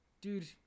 dude